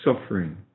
suffering